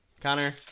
Connor